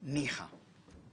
ניחא,